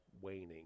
waning